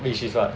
which is what